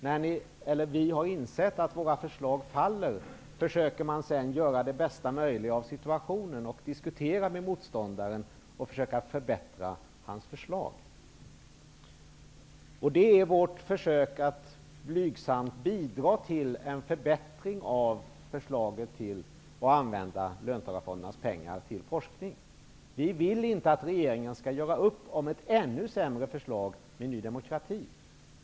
När vi har insett att våra förslag kommer att falla brukar vi försöka göra det bästa möjliga av situationen och diskutera med motståndarna och försöka förbättra deras förslag. Vi försöker blygsamt bidra till en förbättring av förslaget. Det gäller att använda löntagarfondernas pengar till forskning. Vi vill inte att regeringen skall göra upp om ett ännu sämre förslag med Ny demokrati.